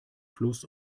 fluss